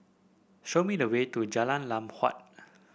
show me the way to Jalan Lam Huat